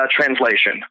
translation